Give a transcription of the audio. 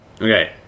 Okay